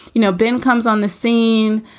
you know, ben comes on the scene.